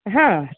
હા